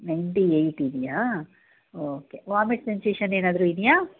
ninety eight ಇದೆಯಾ okay vomit sensation ಏನಾದರೂ ಇದೆಯಾ